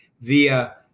via